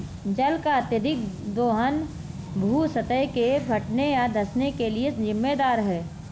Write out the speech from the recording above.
जल का अत्यधिक दोहन भू सतह के फटने या धँसने के लिये जिम्मेदार है